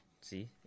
See